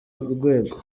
urwego